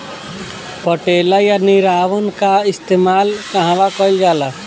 पटेला या निरावन का इस्तेमाल कहवा कइल जाला?